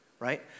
right